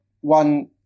one